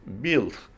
built